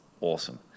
awesome